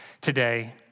today